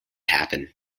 happen